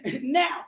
now